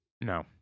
No